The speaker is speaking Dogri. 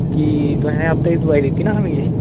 कि तुसें हफ्ते दी दोआई दित्ती ही ना मिगी